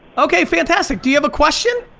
okay, fantastic, do you have a question?